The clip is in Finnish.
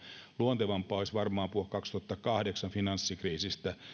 luontevampaa olisi varmaan puhua kaksituhattakahdeksan finanssikriisistä